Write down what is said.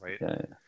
Right